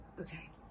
Okay